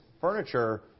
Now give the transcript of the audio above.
furniture